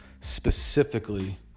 specifically